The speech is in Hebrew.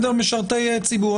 משרתי ציבור,